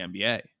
NBA